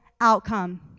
outcome